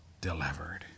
delivered